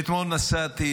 אתמול נסעתי